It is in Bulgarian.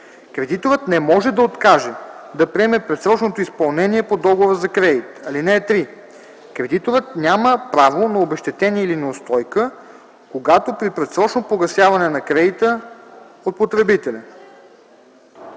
Кредиторът не може да откаже да приеме предсрочното изпълнение по договора за кредит. (3) Кредиторът няма право на обезщетение или неустойка, когато при предсрочно погасяване на кредита от потребителя: